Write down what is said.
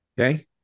Okay